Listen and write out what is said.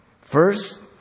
First